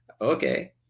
Okay